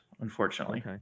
unfortunately